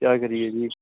ਕਿਆ ਕਰੀਏ ਜੀ